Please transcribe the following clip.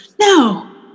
no